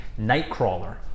Nightcrawler